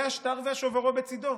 זה השטר ושוברו בצידו.